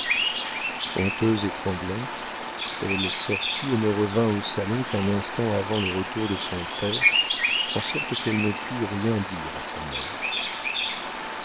honteuse et tremblante elle sortit et ne revint au salon qu'un instant avant le retour de son père en sorte qu'elle ne put rien dire à sa mère